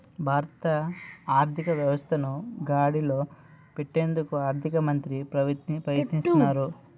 భారత ఆర్థిక వ్యవస్థను గాడిలో పెట్టేందుకు ఆర్థిక మంత్రి ప్రయత్నిస్తారు